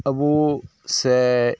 ᱟᱵᱳ ᱥᱮᱻ